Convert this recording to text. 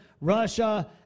Russia